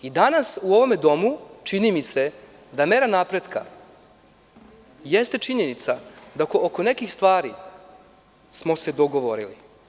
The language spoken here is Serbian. I danas, u ovom domu, čini mi se mera napretka jeste činjenica da oko nekih stvari smo se dogovorili.